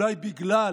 ואולי בגלל